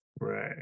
Right